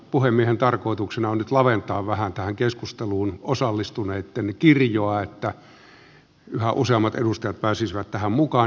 puhemiehen tarkoituksena on nyt laventaa vähän tähän keskusteluun osallistuneitten kirjoa jotta yhä useammat edustajat pääsisivät tähän mukaan